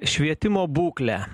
švietimo būklę